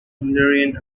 hungarian